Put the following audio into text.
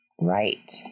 right